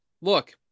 look